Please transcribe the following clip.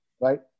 Right